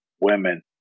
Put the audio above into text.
women